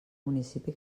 municipi